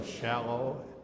shallow